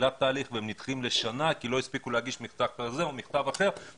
לתחילת תהליך ונדחים לשנה כי לא הספיקו להגיש מכתב כזה או מכתב אחר.